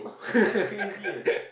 that's crazy eh